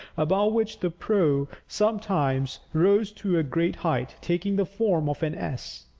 above which the prow sometimes rose to a great height, taking the form of an s.